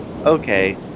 Okay